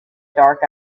dark